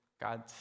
God